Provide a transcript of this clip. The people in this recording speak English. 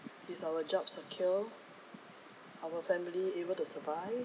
is our job secure our family able to survive